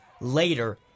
later